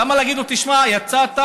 למה להגיד לו: תשמע, יצאת,